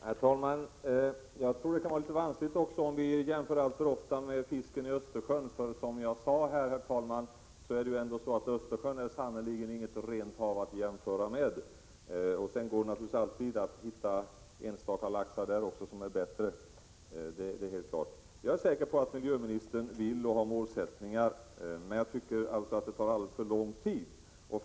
Herr talman! Jag tror också att det kan vara litet vanskligt att alltför ofta jämföra med fisken i Östersjön. Östersjön är nämligen inget rent hav att jämföra med, även om man kan hitta enstaka laxar där som är bättre. Jag är helt säker på att miljöministern vill nå resultat och har målsättningar, men jag tycker att det tar alldeles för lång tid.